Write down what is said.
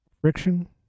Friction